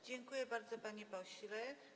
Dziękuję bardzo, panie pośle.